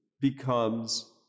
becomes